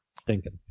stinking